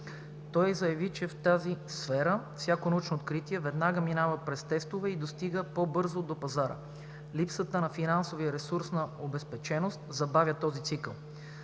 Той заяви, че в тази сфера всяко научно откритие веднага минава през тестове и достига по-бързо до пазара. Липсата на финансова и ресурсна обезпеченост забавя този цикъл.